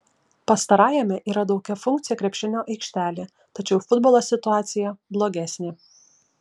pastarajame yra daugiafunkcė krepšinio aikštelė tačiau futbolo situacija blogesnė